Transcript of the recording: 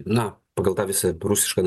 na pagal tą visą rusišką